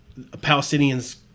Palestinians